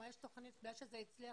זאת אומרת בגלל שזה הצליח?